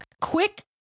quick